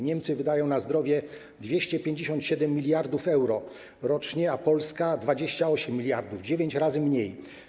Niemcy wydają na zdrowie 257 mld euro rocznie, a Polska - 28 mld, dziewięć razy mniej.